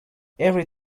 every